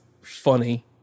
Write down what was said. funny